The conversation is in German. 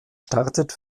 startet